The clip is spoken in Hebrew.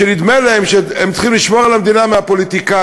שנדמה להם שהם צריכים לשמור על המדינה מהפוליטיקאים.